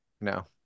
no